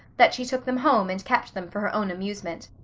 that she took them home and kept them for her own amusement.